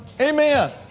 Amen